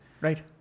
Right